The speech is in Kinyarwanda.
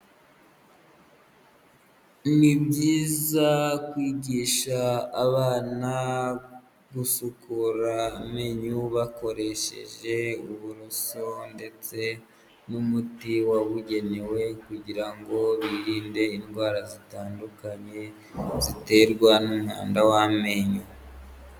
Ni byiza kwigisha abana gusukura amenyo bakoresheje uburoso ndetse n'umuti wabugenewe kugira ngo birinde indwara zitandukanye ziterwa n'umwanda w'amenyo.